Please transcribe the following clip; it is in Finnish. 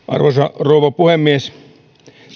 arvoisa rouva puhemies